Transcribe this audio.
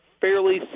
fairly